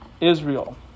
Israel